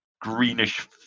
greenish